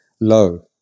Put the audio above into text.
low